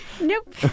Nope